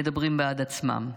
מדברים בעד עצמם.